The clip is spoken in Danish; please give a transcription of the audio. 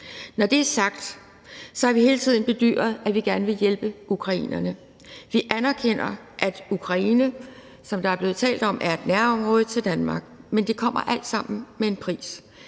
Når det er sagt, har vi hele tiden bedyret, at vi gerne vil hjælpe ukrainerne. Vi anerkender, at Ukraine, som der er blevet talt om, er et nærområde til Danmark, men det kommer alt sammen med en pris.